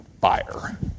fire